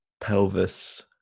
pelvis